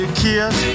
kiss